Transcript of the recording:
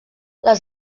les